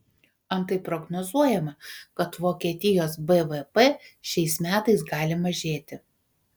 antai prognozuojama kad vokietijos bvp šiais metais gali mažėti